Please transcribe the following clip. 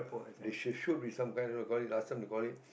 they should shoot with some gun you know you call it last time they call it